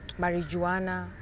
marijuana